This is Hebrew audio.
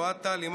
אוהד טל,